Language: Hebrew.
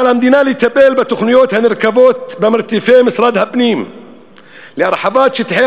על המדינה לטפל בתוכניות הנרקבות במרתפי משרד הפנים להרחבת שטחי